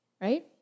right